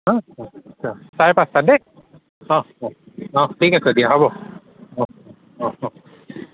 চাৰে পাঁচটাত দেই অঁ ঠিক আছে দিয়া হ'ব অঁ অঁ অঁ